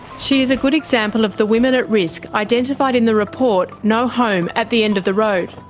she is a good example of the women at risk identified in the report no home at the end of the road,